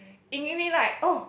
Yin-Mi like oh